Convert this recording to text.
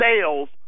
sales